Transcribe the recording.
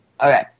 Okay